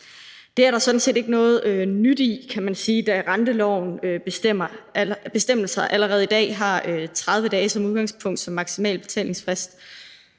Det er der sådan set ikke noget nyt i, kan man sige, da rentelovens bestemmelser allerede i dag har 30 dage som udgangspunkt som maksimal betalingsfrist.